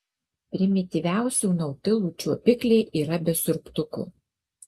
primityviausių nautilų čiuopikliai yra be siurbtukų